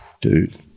dude-